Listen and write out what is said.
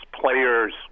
players